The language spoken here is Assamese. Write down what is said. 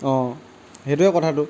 অঁ সেইটোৱে কথাটো